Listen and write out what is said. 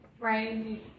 right